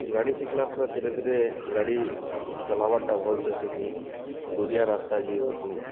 ଗାଡ଼ି ଶିଖ୍ଲା ପରେ ଧୀରେ ଧୀରେ ଗାଡ଼ି ଚଲାବାର୍ଟା ଭଲ୍ସେ ଶିଖ୍ଲି ଦୁରିଆ ରାସ୍ତା ଯେଇ ବସ୍ଲି